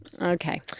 Okay